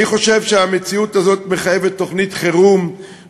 אני חושב שהמציאות הזאת מחייבת תוכנית חירום,